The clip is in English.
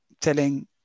telling